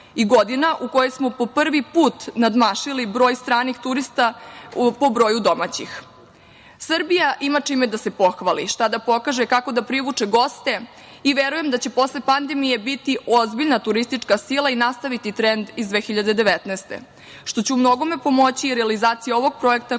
i godina u kojoj smo po prvi put nadmašili broj stranih turista po broju domaćih. Srbija ima čime da se pohvali, šta da pokaže, kako da privuče goste i verujem da će posle pandemije biti ozbiljna turistička sila i nastaviti trene iz 2019. godine, što će u mnogome pomoći i realizaciji ovog projekta